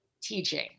teaching